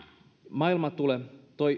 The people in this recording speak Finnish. maailma tulee